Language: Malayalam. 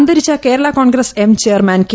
അന്തരിച്ച Kerala Congress M chairman K